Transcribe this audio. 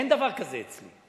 אין דבר כזה אצלי.